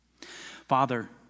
Father